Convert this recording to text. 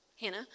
Hannah